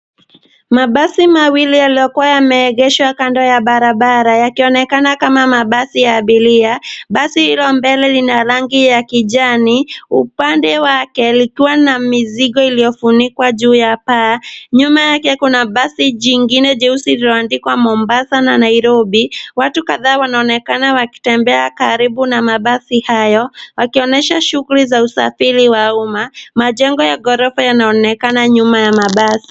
Mabasi mawili yaliyokuwa yameegeshwa kando ya barabara yakionekana kama mabasi ya abiria. Basi la mbele lina rangi ya kijani, upande wake likiwa na mizigo iliyofunikwa juu ya paa. Nyuma yake kuna basi jingine jeusi lililoandikwa Mombasa na Nairobi. Watu kadhaa wanaonekana wakitembea karibu na mabasi hayo wakionyesha shughuli za usafiri wa umma. Majengo ya gorofa yanaonekana nyuma ya mabasi.